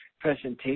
presentation